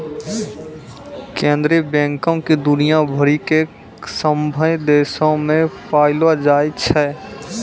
केन्द्रीय बैंको के दुनिया भरि के सभ्भे देशो मे पायलो जाय छै